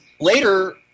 later –